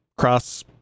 cross